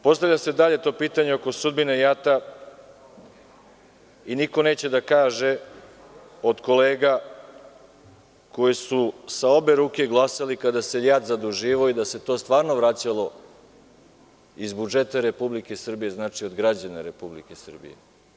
Postavlja se dalje pitanje oko sudbine JAT-a i niko neće da kaže od kolega koji su sa obe ruke glasali kada se JAT zaduživao i da se to stvarno vraćalo iz budžeta Republike Srbije, znači, od građana Republike Srbije.